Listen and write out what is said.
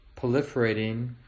proliferating